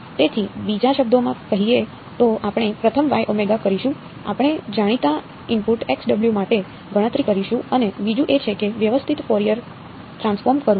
તેથી બીજા શબ્દોમાં કહીએ તો આપણે પ્રથમ કરીશું આપણે જાણીતા ઇનપુટ માટે ગણતરી કરીશું અને બીજું એ છે કે વ્યસ્ત ફોરિયર ટ્રાન્સફોર્મ કરવું